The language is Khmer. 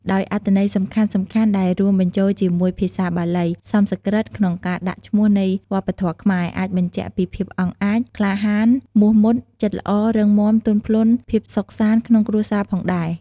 ដោយអត្ថន័យសំខាន់ៗដែលរួមបញ្ជូលជាមួយភាសាបាលី សំស្រ្កឹតក្នុងការដាក់ឈ្មោះនៃវប្បធម៌ខ្មែរ អាចបញ្ជាក់ពីភាពអង់អាច ក្លាហាន មុះមុត ចិត្តល្អ រឹងមាំ ទន់ភ្លន់ ភាពសុខសាន្តក្នុងគ្រួសារផងដែរ។